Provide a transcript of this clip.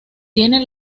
tiene